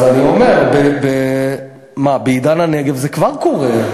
אז אני אומר מה, בעידן-הנגב זה כבר קורה.